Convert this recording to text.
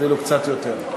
אפילו קצת יותר.